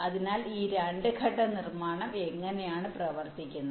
അതിനാൽ ഈ രണ്ട് ഘട്ട നിർമ്മാണം എങ്ങനെയാണ് പ്രവർത്തിക്കുന്നത്